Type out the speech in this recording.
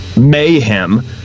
mayhem